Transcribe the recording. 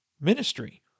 ministry